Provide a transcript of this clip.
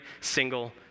single